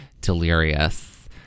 Delirious